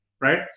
right